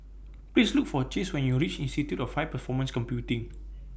Please Look For Chase when YOU REACH Institute of High Performance Computing